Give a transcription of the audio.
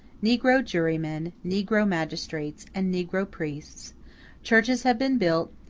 negro jurymen, negro magistrates, and negro priests churches have been built,